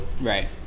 Right